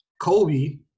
Kobe